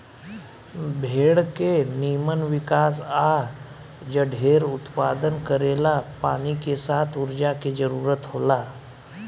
भेड़ के निमन विकास आ जढेर उत्पादन करेला पानी के साथ ऊर्जा के जरूरत होला